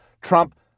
Trump